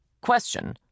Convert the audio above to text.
Question